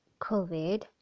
COVID